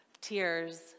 tears